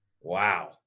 Wow